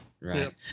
right